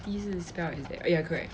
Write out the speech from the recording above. thirty 是 spell is that ya correct